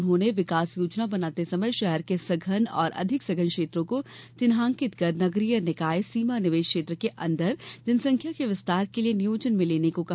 उन्होंने विकास योजना बनाते समय शहर के सघन और अधिक सघन क्षेत्रों को चिन्हांकित कर नगरीय निकाय सीमा निवेश क्षेत्र के अंदर जनसंख्या के विस्तार के लिये नियोजन में लेने को कहा